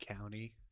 county